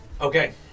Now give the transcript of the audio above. Okay